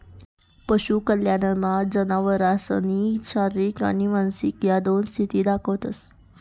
पशु कल्याणमा जनावरसनी शारीरिक नी मानसिक ह्या दोन्ही स्थिती दखतंस